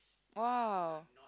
!wow!